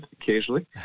occasionally